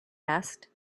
asked